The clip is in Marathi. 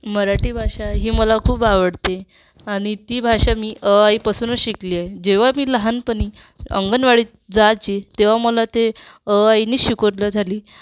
मराठी भाषा ही मला खूप आवडते आणि ती भाषा मी अ आईपासूनच शिकली आहे जेव्हा मी लहानपणी अंगणवाडीत जायची तेव्हा मला ते अ आईनीच शिकवण्या झाली